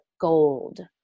gold